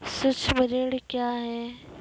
सुक्ष्म ऋण क्या हैं?